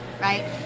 Right